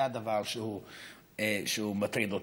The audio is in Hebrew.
זה הדבר שמטריד אותי.